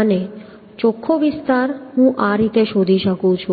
અને ચોખ્ખો વિસ્તાર હું આ રીતે શોધી શકું છું